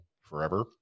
forever